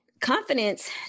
Confidence